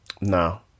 No